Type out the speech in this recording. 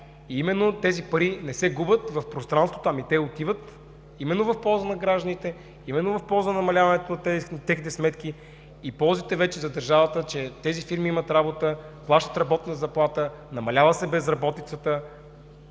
Именно тези пари не се губят в пространството, а отиват в полза на гражданите, в полза намаляването на техните сметки и ползите вече за държавата, че тези фирми имат работа, плащат работна заплата, намалява се безработицата,